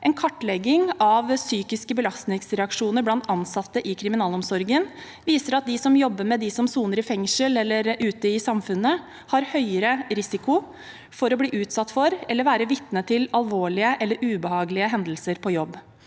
en kartlegging av psykiske belastningsreaksjoner blant ansatte i kriminalomsorgen at de som jobber med dem som soner i fengsel, eller ute i samfunnet, har høyere risiko for å bli utsatt for eller være vitne til alvorlige eller ubehagelige hendelser på jobb.